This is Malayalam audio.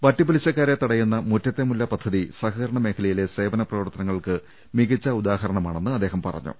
വട്ടിപ്പലിശക്കാരെ തടയുന്ന മുറ്റത്തെ മുല്ല പദ്ധതി സഹകരണ മേഖലയിലെ സേവന പ്രവർത്തനങ്ങൾക്ക് മികച്ച ഉദാഹരണമാണെന്ന് അദ്ദേഹം പറഞ്ഞു